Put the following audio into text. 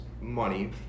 money